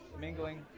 Mingling